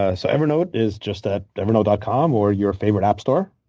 ah so evernote is just ah evernote dot com, or your favorite app store.